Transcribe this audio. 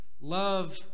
Love